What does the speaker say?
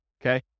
Okay